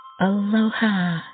Aloha